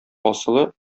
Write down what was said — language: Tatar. асылы